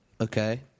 okay